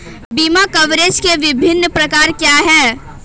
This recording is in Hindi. बीमा कवरेज के विभिन्न प्रकार क्या हैं?